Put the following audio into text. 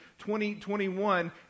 2021